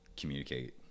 Communicate